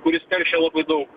kuris teršia labai daug